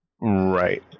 right